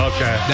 Okay